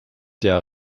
der